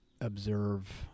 observe